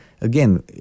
Again